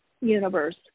universe